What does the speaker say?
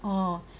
orh